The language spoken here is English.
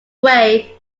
away